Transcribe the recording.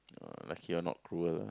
uh lucky you are not cruel ah